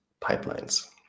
pipelines